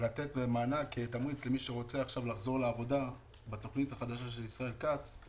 לתת מענק או תמריץ למי שרוצה לחזור לעבודה בתוכנית החדשה של ישראל כץ.